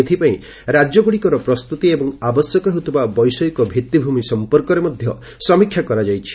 ଏଥିପାଇଁ ରାଜ୍ୟଗୁଡ଼ିକରେ ପ୍ରସ୍ତୁତି ଏବଂ ଆବଶ୍ୟକ ହେଉଥିବା ବୈଷୟିକ ଭିଭିମି ସମ୍ପର୍କରେ ମଧ୍ୟ ସମୀକ୍ଷା କରାଯାଇଛି